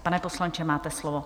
Pane poslanče, máte slovo.